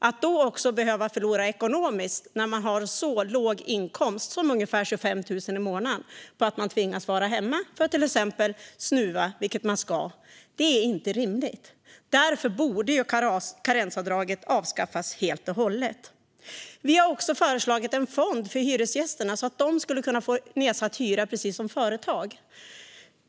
Att då också behöva förlora ekonomiskt när man har så låg inkomst som ungefär 25 000 i månaden på att tvingas vara hemma för till exempel snuva - vilket man ska - är inte rimligt. Därför borde karensavdraget avskaffas helt och hållet. Vi har också föreslagit en fond för hyresgästerna så att de kan få nedsatt hyra, precis som företag.